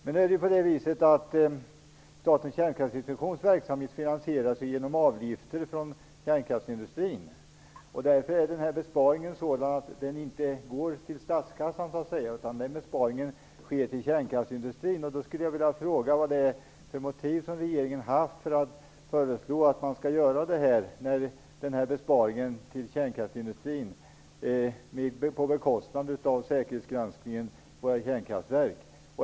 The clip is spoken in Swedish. Men Statens kärnkraftinspektions verksamhet finansieras ju genom avgifter från kärnkraftsindustrin, och därför är denna besparing sådan att den inte går till statskassan utan till kärnkraftsindustrin. Jag skulle vilja fråga vilka motiv regeringen har haft för att föreslå denna besparing som går till kärnkraftsindustrin, på bekostnad av säkerhetsgranskningen på våra kärnkraftverk.